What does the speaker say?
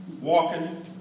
walking